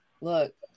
look